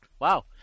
wow